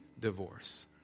divorce